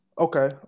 Okay